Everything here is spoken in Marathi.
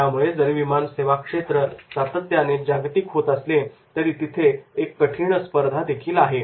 त्यामुळे जरी विमानसेवा क्षेत्र सातत्याने जागतिक होत असले तरीही तिथे एक कठीण स्पर्धा देखील आहे